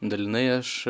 dalinai aš